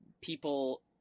people